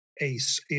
ace